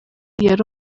yari